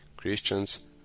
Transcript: Christians